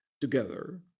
together